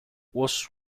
was